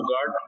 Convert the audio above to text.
God